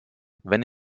wenn